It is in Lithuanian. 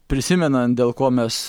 prisimenant dėl ko mes